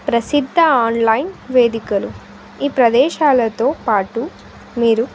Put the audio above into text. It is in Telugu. ప్రసిద్ధ ఆన్లైన్ వేదికలు ఈ ప్రదేశాలతో పాటు మీరు